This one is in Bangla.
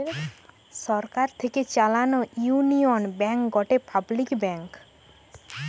সরকার থেকে চালানো ইউনিয়ন ব্যাঙ্ক গটে পাবলিক ব্যাঙ্ক